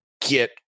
get